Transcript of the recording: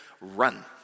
run